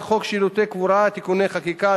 חוק שירותי קבורה (תיקוני חקיקה),